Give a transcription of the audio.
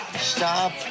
stop